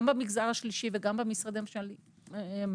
גם במגזר השלישי וגם במשרדים הממשלתיים,